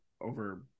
over